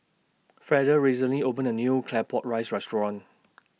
Freda recently opened A New Claypot Rice Restaurant